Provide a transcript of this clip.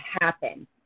happen